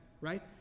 Right